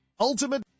ultimate